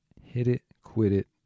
hit-it-quit-it